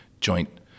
joint